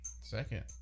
second